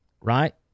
right